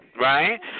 Right